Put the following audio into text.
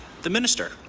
the minister.